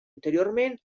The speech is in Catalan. interiorment